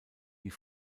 die